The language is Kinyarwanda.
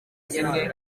zimwe